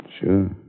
Sure